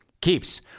Keeps